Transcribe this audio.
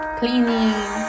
cleaning